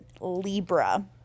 libra